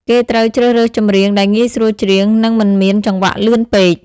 គេត្រូវជ្រើសរើសចម្រៀងដែលងាយស្រួលច្រៀង និងមិនមានចង្វាក់លឿនពេក។